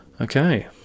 Okay